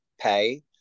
pay